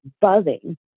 buzzing